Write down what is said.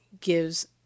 gives